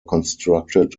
constructed